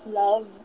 love